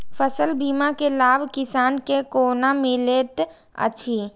फसल बीमा के लाभ किसान के कोना मिलेत अछि?